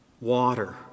water